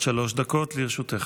עד שלוש דקות לרשותך.